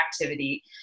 activity